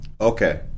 okay